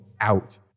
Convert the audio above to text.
out